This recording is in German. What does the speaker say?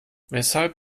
weshalb